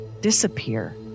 disappear